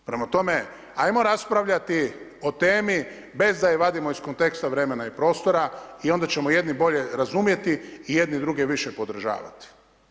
Prema tome, ajmo raspravljati o temi bez da je vadimo iz konteksta vremena i prostora i onda ćemo jedni bolje razumjeti i jedni druge više podržavati.